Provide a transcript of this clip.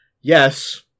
Yes